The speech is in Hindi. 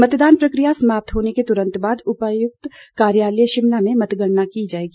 मतदान प्रक्रिया समाप्त होने के तुरंत बाद उपायुक्त कार्यालय शिमला में मतगणना की जाएगी